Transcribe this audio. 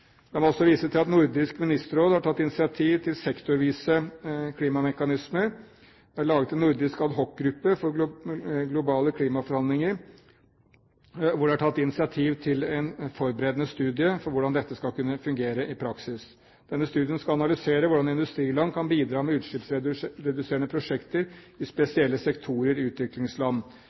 La meg også vise til at Nordisk Ministerråd har tatt initiativ til sektorvise klimamekanismer. Det er laget en nordisk adhocgruppe for globale klimaforhandlinger, hvor det er tatt initiativ til en forberedende studie for hvordan dette skal kunne fungere i praksis. Denne studien skal analysere hvordan industriland kan bidra med utslippsreduserende prosjekter i spesielle sektorer i utviklingsland.